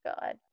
god